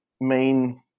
main